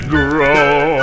grow